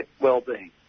well-being